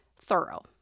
thorough